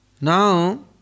Now